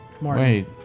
Wait